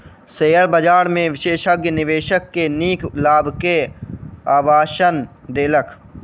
share बजार में विशेषज्ञ निवेशक के नीक लाभ के आश्वासन देलक